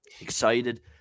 excited